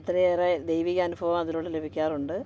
ഒത്തിരിയേറെ ദൈവികാനുഭവം അതിലൂടെ ലഭിക്കാറുണ്ട്